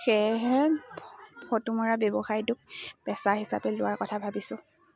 সেয়েহে ফটো মৰা ব্যৱসায়টোক পেচা হিচাপে লোৱাৰ কথা ভাবিছোঁ